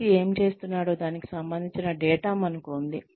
వ్యక్తి ఏమి చేస్తున్నాడో దానికి సంబంధించిన డేటా మనకు ఉంది